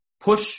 push